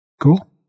Cool